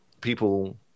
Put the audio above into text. People